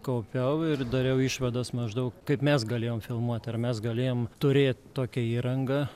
kaupiau ir dariau išvadas maždaug kaip mes galėjom filmuot ar mes galėjom turėt tokią įrangą